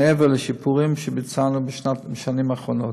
מעבר לשיפורים שביצענו בשנים האחרונות.